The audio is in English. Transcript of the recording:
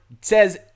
says